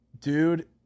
dude